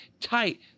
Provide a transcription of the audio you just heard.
Tight